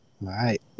right